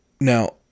Now